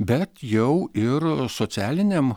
bet jau ir socialiniam